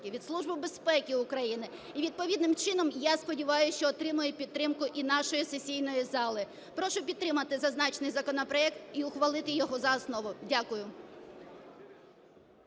від Служби безпеки України, і, відповідним чином, я сподіваюся, що отримає підтримку і нашої сесійної зали. Прошу підтримати зазначений законопроект і ухвалити його за основу. Дякую.